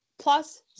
plus